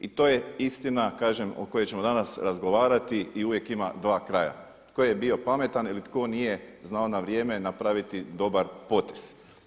I to je istina, kažem o kojoj ćemo danas razgovarati i uvijek ima dva kraja. tko je bio pametan ili tko nije znao na vrijeme napraviti dobar potez.